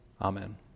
amen